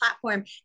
platform